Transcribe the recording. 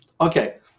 okay